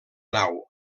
nau